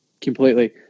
Completely